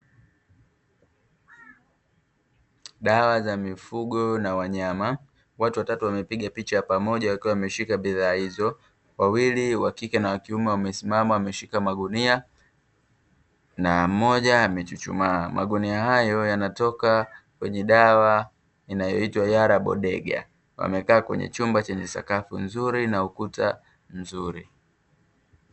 Dawa za mifugo na wanyama watu watatu wamepiga picha pamoja wakiwa wameshika bidhaa hizo wawili wa kike na wa kiume wamesimama ameshika magunia na mmoja amechuchumaa, magonjwa hayo yanatoka kwenye dawa inayoitwa yarabodega wamekaa kwenye chumba chenye sakafu nzuri na ukuta mzuri.